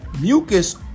mucus